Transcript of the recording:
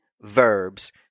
verbs